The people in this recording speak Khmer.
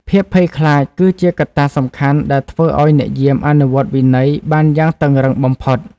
ភាពភ័យខ្លាចគឺជាកត្តាសំខាន់ដែលធ្វើឱ្យអ្នកយាមអនុវត្តវិន័យបានយ៉ាងតឹងរ៉ឹងបំផុត។